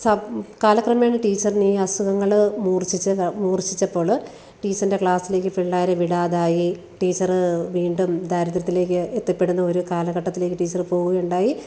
കാലക്രമേണ ടീച്ചറിന് ഈ അസുഖങ്ങള് മൂർഛിച്ചപ്പോള് ടീച്ചറിൻ്റെ ക്ലാസ്സിലേക്ക് പിള്ളാരെ വിടാതായി ടീച്ചര് വീണ്ടും ദാരിദ്ര്യത്തിലേക്ക് എത്തിപ്പെടുന്ന ഒരു കാലഘട്ടത്തിലേക്ക് ടീച്ചര് പോവുകയുണ്ടായി